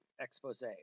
expose